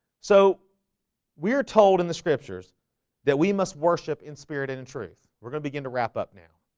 so we are told in the scriptures that we must worship in spirit and in truth we're gonna begin to wrap up now.